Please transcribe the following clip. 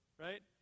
right